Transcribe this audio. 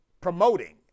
promoting